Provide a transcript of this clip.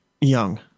young